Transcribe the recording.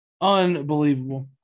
unbelievable